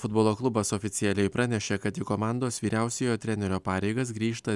futbolo klubas oficialiai pranešė kad jų komandos vyriausiojo trenerio pareigas grįžta